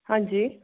ਹਾਂਜੀ